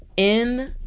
in